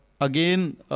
Again